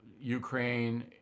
Ukraine